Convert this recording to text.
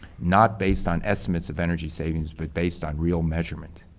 not based on estimates of energy savings, but based on real measurement.